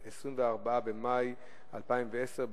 24 במאי 2010,